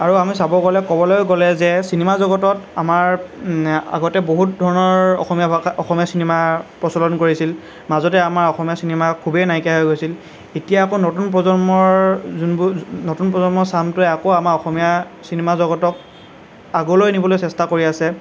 আৰু আমি চাব গ'লে ক'বলৈ গ'লে যে চিনেমা জগতত আমাৰ আগতে বহুত ধৰণৰ অসমীয়া ভাষাৰ অসমীয়া চিনেমা প্ৰচলন কৰিছিল মাজতে আমাৰ অসমীয়া চিনেমা খুবেই নাইকিয়া হৈ গৈছিল এতিয়া আকৌ নতুন প্ৰজন্মৰ যোনবোৰ নতুন প্ৰজন্মৰ চামটোৱে আকৌ আমাৰ অসমীয়া চিনেমা জগতক আগলৈ নিবলৈ চেষ্টা কৰি আছে